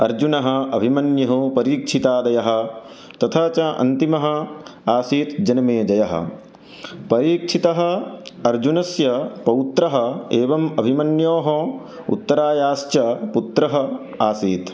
अर्जुनः अभिमन्युः परीक्षितादयः तथा च अन्तिमः आसीत् जनमेजयः परीक्षितः अर्जुनस्य पौत्रः एवम् अभिमन्योः उत्तरायाश्च पुत्रः आसीत्